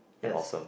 yes